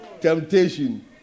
temptation